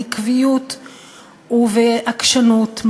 בעקביות ובעקשנות,